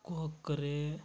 ಕೊಕ್ಕರೆ